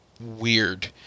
weird